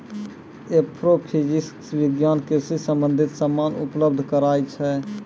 agrophysics विज्ञान कृषि संबंधित समान उपलब्ध कराय छै